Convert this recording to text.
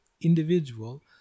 individual